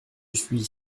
suis